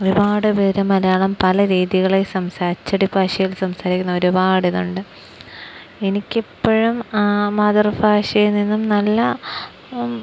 ഒരുപാട് പേര് മലയാളം പല രീതികളില് സംസാരിക്കുന്നു അച്ചടി ഭാഷയിൽ സംസാരിക്കുന്ന ഒരുപാട് പേരുണ്ട് എനിക്കെപ്പോഴും മാതൃഭാഷയിൽ നിന്നും നല്ല